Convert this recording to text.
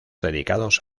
dedicados